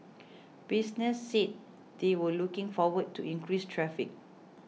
businesses said they were looking forward to increased traffic